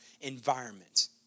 environment